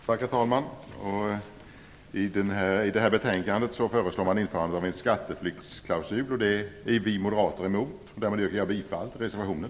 Herr talman! I detta betänkande föreslår man ett införande av en skatteflyktsklausul, och det är vi moderater emot. Därmed yrkar jag bifall till reservationen.